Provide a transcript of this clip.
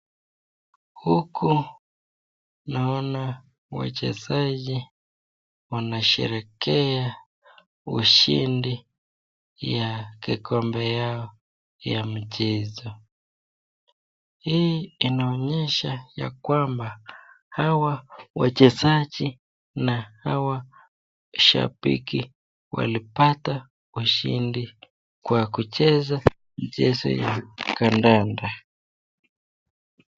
Huku naona wachezaji wanasherehekea ushindi ya kikombe yao ya mchezo. Hii inaonyesha ya kwamba hawa wachezaji na hawa shabiki walipata ushindi kwa kucheza mchezo ya kandanda.